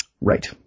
Right